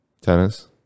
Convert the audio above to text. tennis